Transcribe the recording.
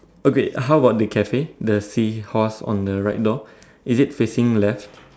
oh great how about the Cafe the seahorse on the right door is it facing left